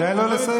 תן לו לסיים.